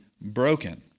broken